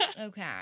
Okay